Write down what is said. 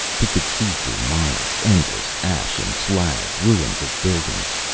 he could see for miles, endless ash and slag, ruins of buildings.